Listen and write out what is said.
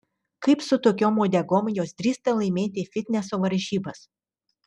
kaip su tokiom uodegom jos drįsta laimėti fitneso varžybas